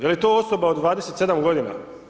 Je li to osoba od 27 godina?